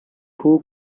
who